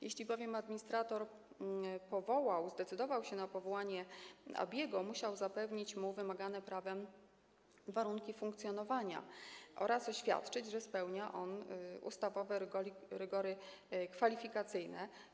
Jeśli bowiem administrator zdecydował się na powołanie ABI, musiał zapewnić mu wymagane prawem warunki funkcjonowania oraz oświadczyć, że spełnia on ustawowe rygory kwalifikacyjne.